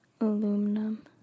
aluminum